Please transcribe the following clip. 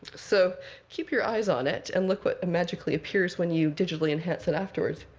so keep your eyes on it, and look what magically appears when you digitally enhance it afterwards.